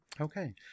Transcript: Okay